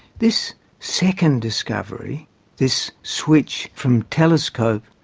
this second discovery this switch from telescope,